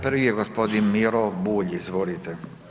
Prvi je gospodin Miro Bulj, izvolite.